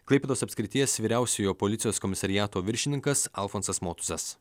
klaipėdos apskrities vyriausiojo policijos komisariato viršininkas alfonsas motuzas